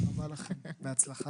תודה רבה לכם, בהצלחה.